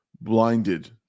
blinded